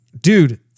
dude